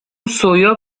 سویا